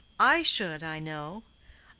i should, i know.